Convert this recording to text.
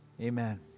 amen